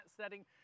setting